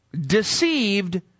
deceived